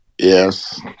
yes